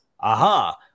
aha